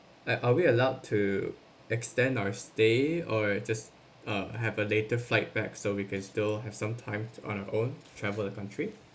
like are we allowed to extend our stay or just uh have a later flight back so we can still have some time on our own to travel the country